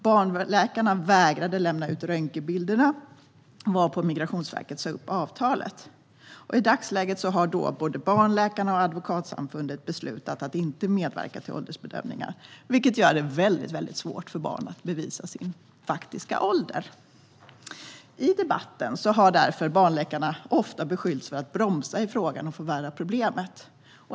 Barnläkarna vägrade att lämna ut röntgenbilderna varpå Migrationsverket sa upp avtalet. I dagsläget har både barnläkarna och Advokatsamfundet beslutat att inte medverka till åldersbedömningar, vilket gör det svårt för barn att bevisa sin faktiska ålder. I debatten har barnläkarna ofta beskyllts för att bromsa i frågan och förvärra problemet.